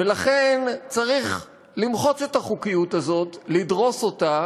ולכן צריך למחוץ את החוקיות הזאת, לדרוס אותה